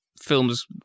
films